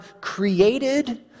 created